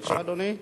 בבקשה, אדוני.